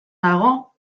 dago